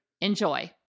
Enjoy